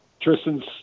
Tristan's